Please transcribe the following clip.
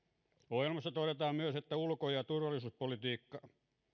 ohjelmassa todetaan myös että ulko ja turvallisuuspolitiikka